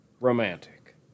romantic